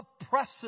oppressive